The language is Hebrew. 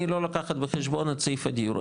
אני לא לוקחת בחשבון את סעיף הדיור.